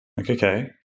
Okay